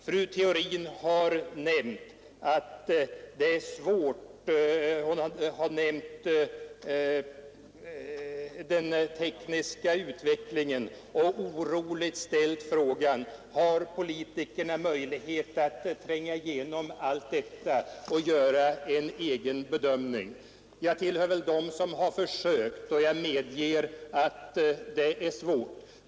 Fru Theorin berörde den tekniska utvecklingen och ställde oroligt frågan: Har politikerna möjlighet att tränga in i allt detta och göra en egen bedömning? Jag tillhör dem som har försökt, och jag medger att det är svårt.